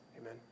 Amen